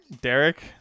Derek